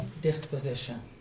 disposition